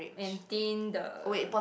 and paint the